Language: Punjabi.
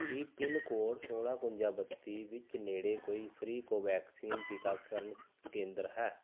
ਕੀ ਪਿੰਨ ਕੋਡ ਸੌਲਾਂ ਇਕਵੰਜਾ ਬੱਤੀ ਵਿੱਚ ਨੇੜੇ ਕੋਈ ਫ੍ਰੀ ਕੋਵੈਕਸਿਨ ਟੀਕਾਕਰਨ ਕੇਂਦਰ ਹੈ